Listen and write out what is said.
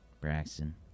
Braxton